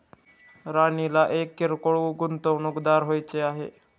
राणीला एक किरकोळ गुंतवणूकदार व्हायचे आहे